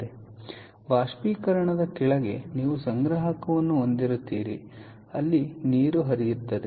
ಆದ್ದರಿಂದ ಬಾಷ್ಪೀಕರಣದ ಕೆಳಗೆ ನೀವು ಸಂಗ್ರಾಹಕವನ್ನು ಹೊಂದಿರುತ್ತೀರಿ ಅಲ್ಲಿ ನೀರು ಹರಿಯುತ್ತದೆ